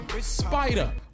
spider